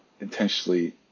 intentionally